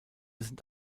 sind